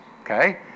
okay